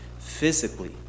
physically